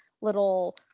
little